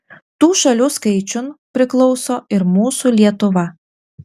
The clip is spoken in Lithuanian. tų šalių skaičiun priklauso ir mūsų lietuva